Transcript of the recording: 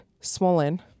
swollen